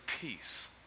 peace